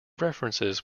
references